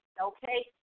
okay